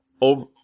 over